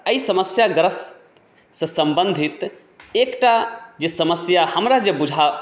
तऽ एहि समस्या ग्रस्त से सम्बन्धित एकटा जे समस्या हमरा जे बुझा परि रहल